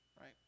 right